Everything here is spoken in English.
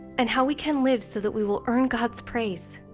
and how we can live so that we will earn god's praise.